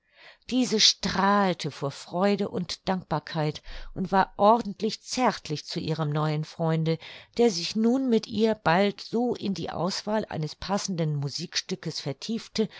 diese strahlte vor freude und dankbarkeit und war ordentlich zärtlich zu ihrem neuen freunde der sich nun mit ihr bald so in die auswahl eines passenden musikstückes vertiefte